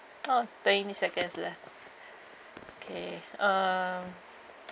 oh twenty seconds left okay um